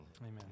Amen